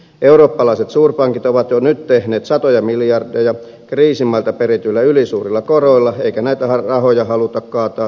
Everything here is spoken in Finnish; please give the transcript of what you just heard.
eurooppalaiset suurpankit ovat jo nyt tehneet satoja miljardeja kriisimailta perityillä ylisuurilla koroilla eikä näitä rahoja haluta kaataa veronmaksajien niskaan